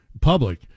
public